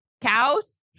cows